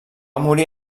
morir